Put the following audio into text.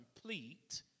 complete